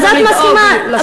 צריך גם לדאוג לשלב הזה.